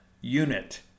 unit